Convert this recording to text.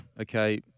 okay –